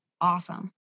awesome